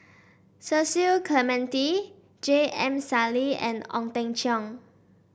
Cecil Clementi J M Sali and Ong Teng Cheong